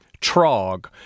TROG